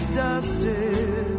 dusted